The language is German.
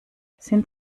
sind